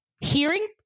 hearing